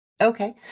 Okay